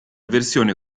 versione